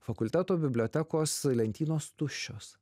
fakulteto bibliotekos lentynos tuščios